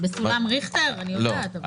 בסולם ריכטר אני יודעת, אבל פה?